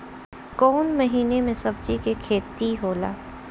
कोउन महीना में सब्जि के खेती होला?